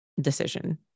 decision